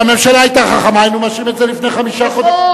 אם הממשלה היתה חכמה היינו מאשרים את זה לפני חמישה חודשים,